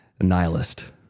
Nihilist